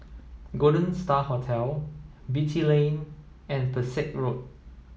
Golden Star Hotel Beatty Lane and Pesek Road